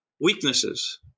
weaknesses